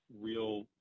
real